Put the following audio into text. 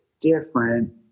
different